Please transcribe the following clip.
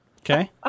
Okay